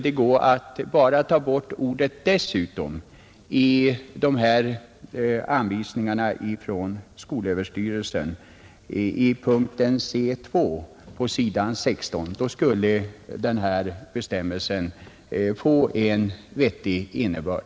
Det går att bara ta bort ordet ”dessutom” i anvisningarna från skolöverstyrelsen i punkten C 2 på s. 16. Då skulle denna bestämmelse få en vettig innebörd.